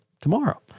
tomorrow